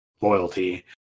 Loyalty